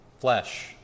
flesh